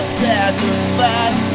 sacrifice